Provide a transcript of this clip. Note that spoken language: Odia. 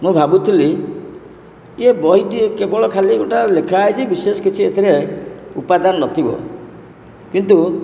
ମୁଁ ଭାବୁଥୁଲି ଇଏ ବହିଟି କେବଳ ଖାଲି ଗୋଟା ଲେଖା ହୋଇଛି ବିଶେଷ କିଛି ଏଥେରେ ଉପାଦାନ ନଥିବ କିନ୍ତୁ